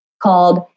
called